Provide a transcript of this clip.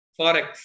forex